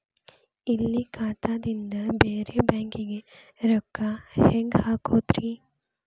ಇಲ್ಲಿ ಖಾತಾದಿಂದ ಬೇರೆ ಬ್ಯಾಂಕಿಗೆ ರೊಕ್ಕ ಹೆಂಗ್ ಹಾಕೋದ್ರಿ?